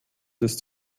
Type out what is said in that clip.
ist